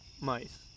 Mice